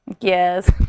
Yes